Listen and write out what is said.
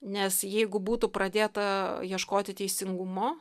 nes jeigu būtų pradėta ieškoti teisingumo